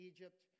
Egypt